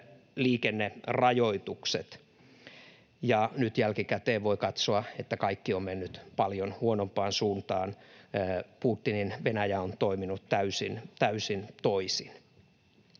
liikennerajoitukset, ja nyt jälkikäteen voi katsoa, että kaikki on mennyt paljon huonompaan suuntaan. Putinin Venäjä on toiminut täysin toisin.